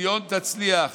שציון תצליח